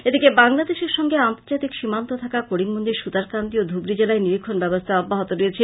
এদিকে বাংলাদেশের সঙ্গে আন্তর্জাতিক সীমান্ত থাকা করিমগঞ্জের সুতারকান্দি ও ধুবড়ী জেলায় নীরিক্ষন ব্যবস্থা অব্যাহত রয়েছে